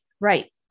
Right